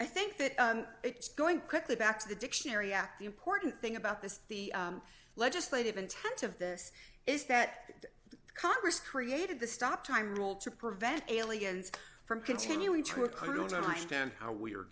i think that it's going quickly back to the dictionary at the important thing about this the legislative intent of this is that congress created the stop time rule to prevent aliens from continuing to w